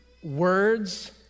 Words